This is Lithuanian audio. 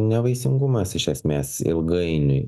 nevaisingumas iš esmės ilgainiui